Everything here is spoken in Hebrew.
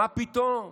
מה פתאום?